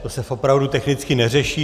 To se opravdu technicky neřeší.